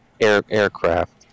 aircraft